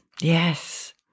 Yes